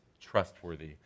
trustworthy